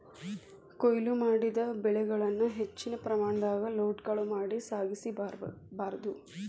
ಕೋಯ್ಲು ಮಾಡಿದ ಬೆಳೆಗಳನ್ನ ಹೆಚ್ಚಿನ ಪ್ರಮಾಣದಾಗ ಲೋಡ್ಗಳು ಮಾಡಿ ಸಾಗಿಸ ಬಾರ್ದು